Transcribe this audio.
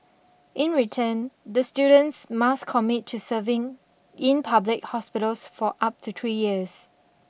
in return the students must commit to serving in public hospitals for up to three years